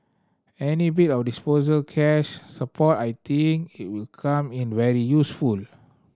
any bit of cash support I think it will come in very useful